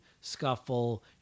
scuffle